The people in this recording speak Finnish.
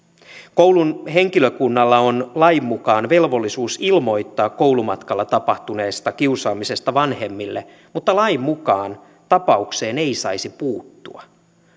koulun henkilökunnalla on lain mukaan velvollisuus ilmoittaa koulumatkalla tapahtuneesta kiusaamisesta vanhemmille mutta lain mukaan tapaukseen ei saisi puuttua